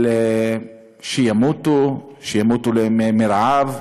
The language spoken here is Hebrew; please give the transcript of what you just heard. שימותו, שימותו מרעב.